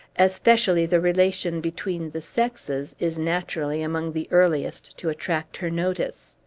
especially the relation between the sexes is naturally among the earliest to attract her notice.